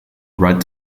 right